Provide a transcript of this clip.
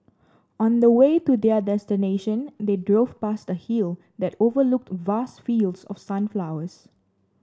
on the way to their destination they drove past the hill that overlooked vast fields of sunflowers